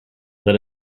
let